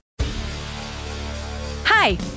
Hi